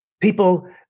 People